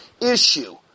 issue